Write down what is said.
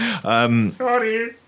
Sorry